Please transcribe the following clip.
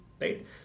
right